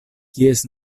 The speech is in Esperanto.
kies